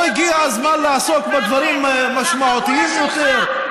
לא הגיע הזמן לעסוק בדברים משמעותיים יותר?